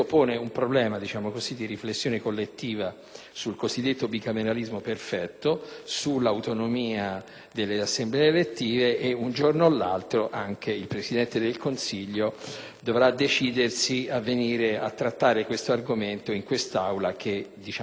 sul cosiddetto bicameralismo perfetto, sull'autonomia delle Assemblee elettive. Un giorno o l'altro, il Presidente del Consiglio dovrà decidersi a venire a trattare questo argomento in quest'Aula che solitamente diserta.